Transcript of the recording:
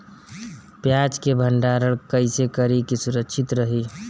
प्याज के भंडारण कइसे करी की सुरक्षित रही?